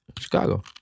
Chicago